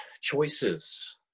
choices